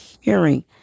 hearing